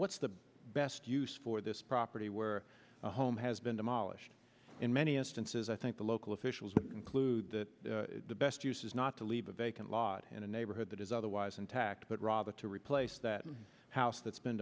what's the best use for this property where the home has been demolished in many instances i think the local officials include that the best use is not to leave a vacant lot in a neighborhood that is otherwise intact but robert to replace that house that's been